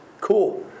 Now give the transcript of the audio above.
Cool